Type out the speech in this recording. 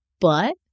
but-